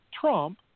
Trump